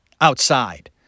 Outside